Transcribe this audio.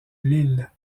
lille